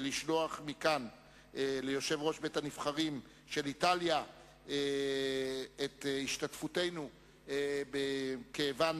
לשלוח מכאן ליושב-ראש בית-הנבחרים של איטליה את השתתפותנו בכאבן